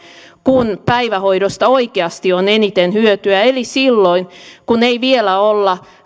kun päivähoidosta oikeasti on eniten hyötyä eli silloin kun ei vielä olla